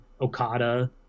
Okada